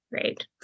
Great